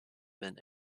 been